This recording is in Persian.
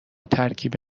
ترکیبی